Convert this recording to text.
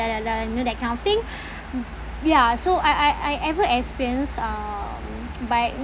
you know that kind of thing ya so I I I ever experience um but